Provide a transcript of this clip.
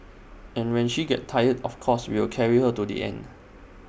and when she gets tired of course we'll carry her to the end